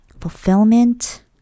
fulfillment